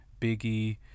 biggie